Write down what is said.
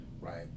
right